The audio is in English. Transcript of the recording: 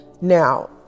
Now